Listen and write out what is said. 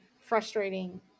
frustrating